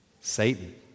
Satan